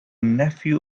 nephew